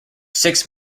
six